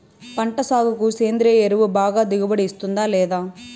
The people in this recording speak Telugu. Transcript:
పంట సాగుకు సేంద్రియ ఎరువు బాగా దిగుబడి ఇస్తుందా లేదా